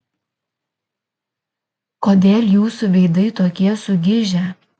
kodėl jūsų veidai tokie sugižę